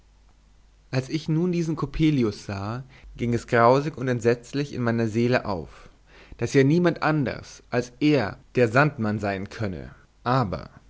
als ich nun diesen coppelius sah ging es grausig und entsetzlich in meiner seele auf daß ja niemand anders als er der sandmann sein könne aber